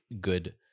good